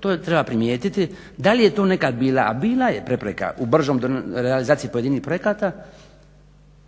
to treba primijetiti da li je tu nekad bila, a bila je prepreka u bržoj realizaciji pojedinih projekata.